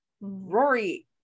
Rory